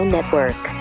Network